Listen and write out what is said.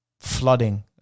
flooding